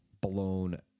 blown